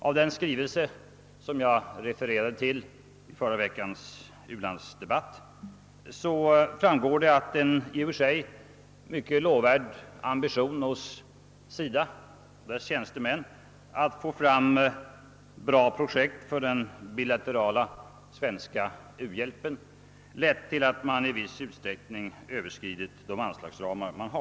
Av den skrivelse som jag refererade till i förra veckans u-landsdebatt framgår att en i och för sig mycket lovvärd ambition hos SIDA och dess tjänstemän att få fram bra projekt för den bilaterala svenska uhjälpen lett till att anslagsramarna i viss utsträckning överskridits.